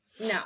no